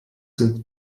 sind